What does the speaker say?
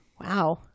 wow